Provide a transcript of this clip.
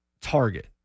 Target